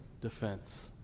defense